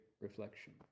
reflection